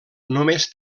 només